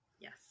Yes